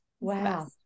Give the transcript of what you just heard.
Wow